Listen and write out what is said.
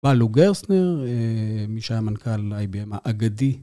ואלו גרסנר, מי שהיה מנכה על אייביאם, האגדי.